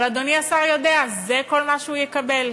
אבל אדוני השר יודע, זה כל מה שהוא יקבל.